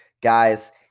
Guys